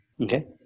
Okay